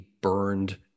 burned